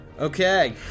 Okay